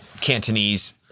Cantonese